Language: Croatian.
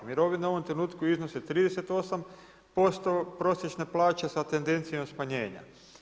Mirovine u ovom trenutku iznose 38% prosječne plaće sa tendencijom smanjenja.